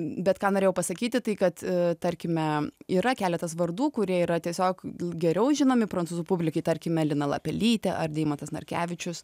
bet ką norėjau pasakyti tai kad tarkime yra keletas vardų kurie yra tiesiog geriau žinomi prancūzų publikai tarkime lina lapelytė ar deimantas narkevičius